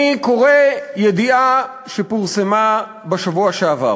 אני קורא ידיעה שפורסמה בשבוע שעבר